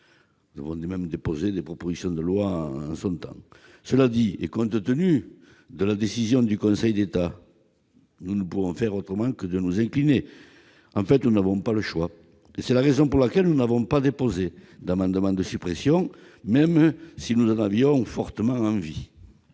Nous avons même déposé par le passé des propositions de loi en ce sens. Cela dit, et compte tenu de la décision du Conseil d'État, nous ne pouvons faire autrement que de nous incliner. En réalité, nous n'avons pas le choix ! C'est la raison pour laquelle nous n'avons pas déposé d'amendement de suppression de l'article, même si nous en avions fortement envie.